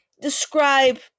describe